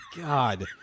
God